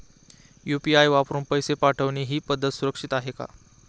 UPI वापरून पैसे पाठवणे ही पद्धत सुरक्षित आहे का?